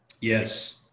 Yes